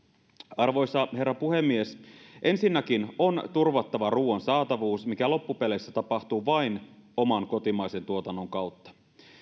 arvoisa herra puhemies ensinnäkin on turvattava ruuan saatavuus mikä loppupeleissä tapahtuu vain oman kotimaisen tuotannon kautta